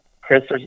Chris